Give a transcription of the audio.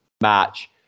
match